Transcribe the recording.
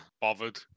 bothered